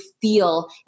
feel